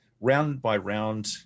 round-by-round